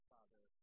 Father